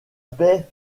paix